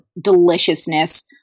deliciousness